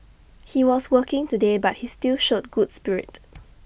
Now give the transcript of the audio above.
he was working today but he still showed good spirit